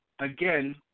again